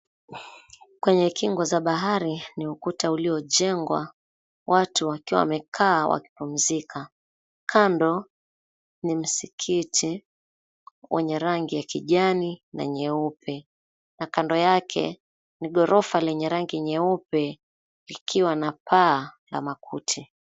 Kwenye kingo za bahari ni ukuta uliojengwa, watu wakiwa wamekaa wakipumzika. Kando ni msikiti wenye rangi ya kijani na nyeupe na kando yake ni ghorofa lenye rangi nyeupe likiwa na paa la makuti.